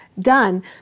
done